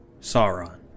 Sauron